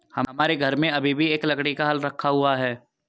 हमारे घर में अभी भी लकड़ी का एक हल रखा हुआ है